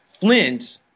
Flint